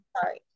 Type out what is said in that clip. Sorry